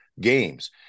games